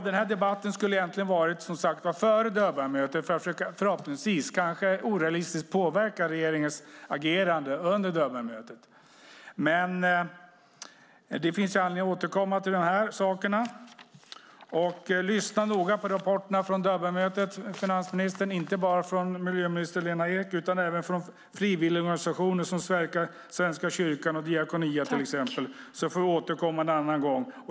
Den här debatten skulle som sagt ha förts före Durbanmötet för att förhoppningsvis, kanske orealistiskt, påverka regeringens agerande under Durbanmötet. Det finns anledning att återkomma till de här sakerna. Lyssna noga på rapporterna från Durbanmötet, finansministern, inte bara från miljöminister Lena Ek utan även från frivilligorganisationer som Svenska kyrkan och Diakonia till exempel, så får vi återkomma en annan gång.